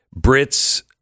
Brits